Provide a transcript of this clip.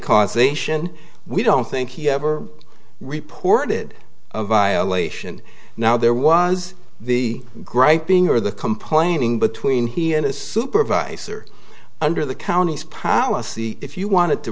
causation we don't think he ever reported a violation now there was the griping or the complaining between he and his supervisor under the county's policy if you want